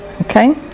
Okay